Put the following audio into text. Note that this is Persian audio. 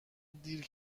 دیر